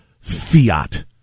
fiat